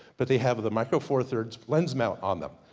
but they have the micro four thirds lens mount on them.